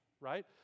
right